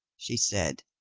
she said,